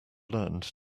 learned